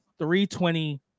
320